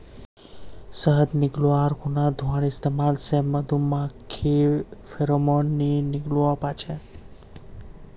शहद निकाल्वार खुना धुंआर इस्तेमाल से मधुमाखी फेरोमोन नि निक्लुआ पाछे